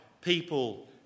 people